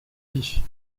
vie